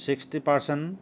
sixty percent